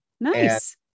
nice